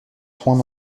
poing